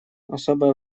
особое